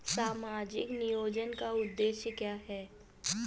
सामाजिक नियोजन का उद्देश्य क्या है?